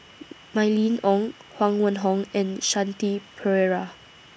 Mylene Ong Huang Wenhong and Shanti Pereira